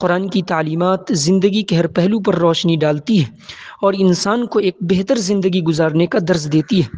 قرآن کی تعلیمات زندگی کے ہر پہلو پر روشنی ڈالتی ہے اور انسان کو ایک بہتر زندگی گزارنے کا درس دیتی ہے